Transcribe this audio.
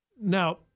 Now